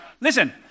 Listen